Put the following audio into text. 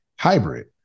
hybrid